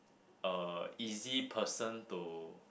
uh easy person to